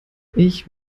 ich